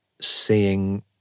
seeing